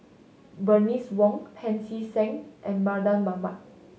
Bernice Wong Pancy Seng and Mardan Mamat